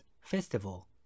festival